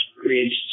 creates